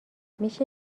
میشه